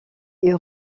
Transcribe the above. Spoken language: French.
est